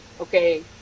okay